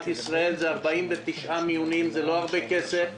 ישראל זה 49 מיונים - זה לא הרבה כסף,